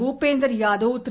Bhupender Yadav Thiru